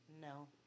No